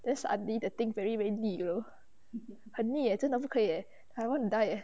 then suddenly the thing very 腻了很腻 eh 真的不可以 eh I want to die eh